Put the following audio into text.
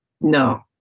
No